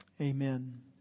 Amen